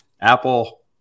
Apple